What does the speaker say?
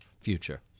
future